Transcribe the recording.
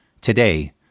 Today